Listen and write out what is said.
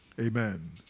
Amen